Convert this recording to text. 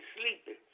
sleeping